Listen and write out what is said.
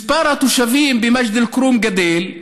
מספר התושבים במג'ד אל-כרום משתנה,